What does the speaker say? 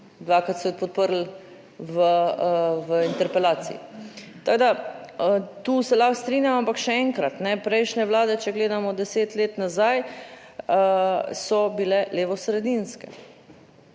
dvakrat so jo podprli v interpelaciji. Tako da, tu se lahko strinjam. Ampak še enkrat, ne prejšnje Vlade, če gledamo deset let nazaj, so bile levosredinske